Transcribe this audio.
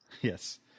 Yes